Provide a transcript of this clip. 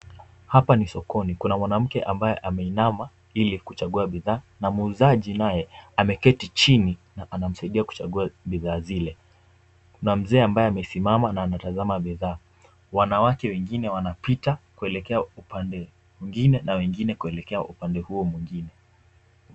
Hapa ni sokoni, kuna mwanamke ambaye ameinama ili kuchagua bidhaa, na muuzaji naye ameketi chini na anamsaidia kuchagua bidhaa zile. Kuna mzee ambaye amesimama na anatazama bidhaa. Wanawake wengine wanapita kuelekea upande mwingine, na wengine kuelekea upande huo mwingine.